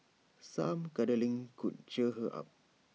some cuddling could cheer her up